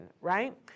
Right